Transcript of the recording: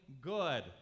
good